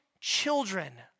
children